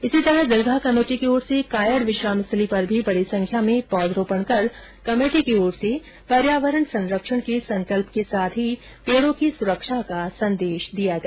इसी तरह दरगाह कमेटी की ओर से ही कायड़ विश्राम स्थली पर भी बड़ी संख्या में पौधारोपण कर कमेटी की ओर से पर्यावरण संरक्षण के संकल्प के साथ पेड़ों की संरक्षा का संदेश दिया गया